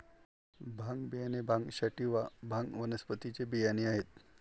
भांग बियाणे भांग सॅटिवा, भांग वनस्पतीचे बियाणे आहेत